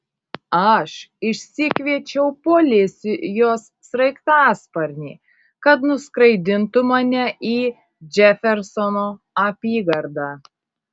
aš išsikviečiau policijos sraigtasparnį kad nuskraidintų mane į džefersono apygardą